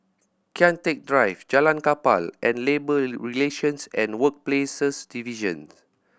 Kian Teck Drive Jalan Kapal and Labour Relations and Workplaces Divisions